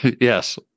Yes